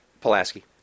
Pulaski